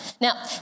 Now